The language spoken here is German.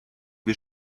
wir